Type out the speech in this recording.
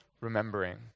remembering